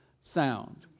sound